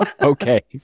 Okay